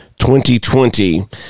2020